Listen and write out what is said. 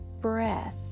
breath